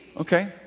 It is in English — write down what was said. Okay